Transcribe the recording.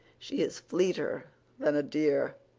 she is fleeter than a deer,